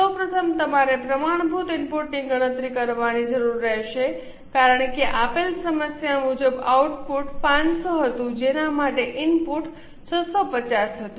સૌ પ્રથમ તમારે પ્રમાણભૂત ઇનપુટની ગણતરી કરવાની જરૂર રહેશે કારણ કે આપેલ સમસ્યા મુજબ આઉટપુટ 500 હતું જેના માટે ઇનપુટ 650 હતું